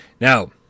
Now